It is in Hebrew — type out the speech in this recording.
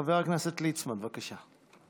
חבר הכנסת ליצמן, בבקשה.